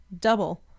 double